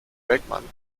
beckmann